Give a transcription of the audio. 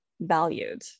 valued